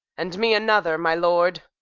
and me another, my lord.